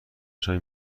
چای